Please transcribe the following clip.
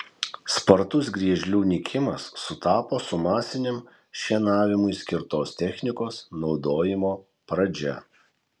spartus griežlių nykimas sutapo su masiniam šienavimui skirtos technikos naudojimo pradžia